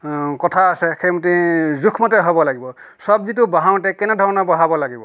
কথা আছে সেইমতে জোখমতে হ'ব লাগিব চব্জিটো বহাওঁতে কেনেধৰণে বহাব লাগিব